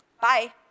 bye